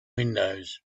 windows